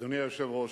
אדוני היושב-ראש,